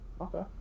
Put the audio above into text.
Okay